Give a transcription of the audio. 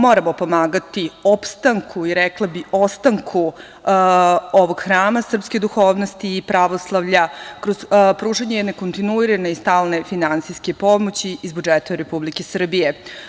Moramo pomagati opstanku i rekla bih ostanku ovog hrama srpske duhovnosti i pravoslavlja kroz pružanje nekontinuirane i stalne finansijske pomoći iz budžeta Republike Srbije.